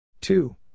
two